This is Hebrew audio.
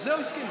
לזה הוא הסכים.